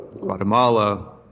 Guatemala